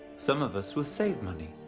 some of us will save money,